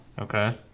Okay